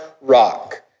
rock